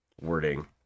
wording